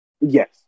Yes